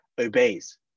obeys